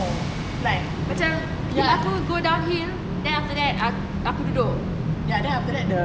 like macam like aku go downhill then after that aku duduk